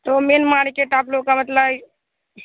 तो main market आप लोगों का मतलब